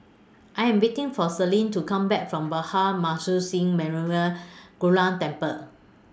I Am waiting For Selene to Come Back from Bhai Maharaj Singh Memorial Gurdwara Temple